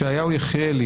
ישעיהו יחיאלי,